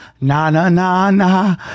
na-na-na-na